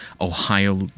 Ohio